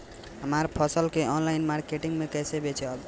हमार फसल के ऑनलाइन मार्केट मे कैसे बेचम?